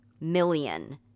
million